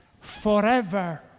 Forever